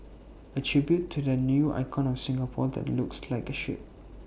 A tribute to the new icon of Singapore that looks like A ship